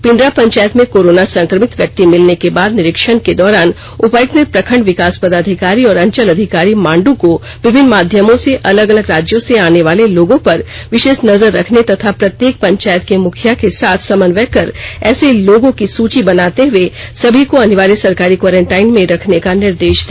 पिंडरा पंचायत में कोरोना संक्र मित व्यक्ति भिलने के बाद निरीक्षण के दौरान उपायूक्त ने प्रखंड विकास पदाधिकारी और अंचल अधिकारी मांडू को विभिन्न माध्यमों से अलग अलग राज्यों से आने वाले लोगों पर विशेष नजर रखने तथा प्रत्येक पंचायत के मुखिया के साथ समन्वय कर ऐसे लोगों की सूची बनाते हुए सभी को अनिवार्य सरकारी क्वॉरेंटाइन में रखने का निर्देश दिया